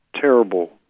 terrible